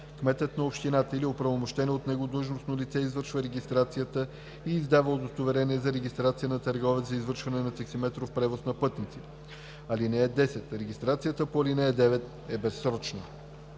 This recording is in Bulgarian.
кметът на общината или оправомощено от него длъжностно лице извършва регистрацията и издава удостоверение за регистрация на търговеца за извършване на таксиметров превоз на пътници. (10) Регистрацията по ал. 9 е безсрочна.